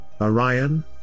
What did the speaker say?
Orion